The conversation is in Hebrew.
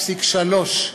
סליחה,